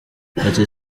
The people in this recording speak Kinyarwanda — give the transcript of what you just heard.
ati